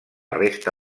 resta